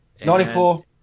94